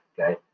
okay